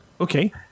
Okay